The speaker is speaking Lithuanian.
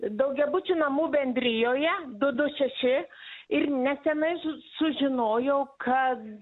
daugiabučių namų bendrijoje du du šeši ir nesenai su sužinojau kad